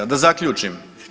Da zaključim.